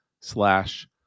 slash